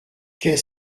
qu’est